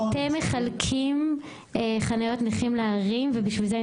אתם מחלקים חניות נכים לערים ובשביל זה אני